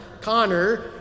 Connor